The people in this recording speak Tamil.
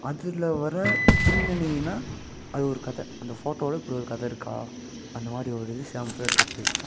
அதில் வர பின்னனினால் அது ஒரு கதை அந்த ஃபோட்டோவில இப்படி ஒரு கதை இருக்கா அந்தமாதிரி ஒரு இது சேம்பிள் எடுத்து வச்சு பேசிக்கலாம்